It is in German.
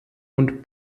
und